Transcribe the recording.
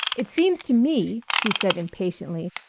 it seems to me, he said impatiently,